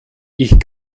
ich